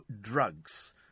drugs